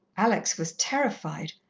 alex was terrified,